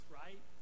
right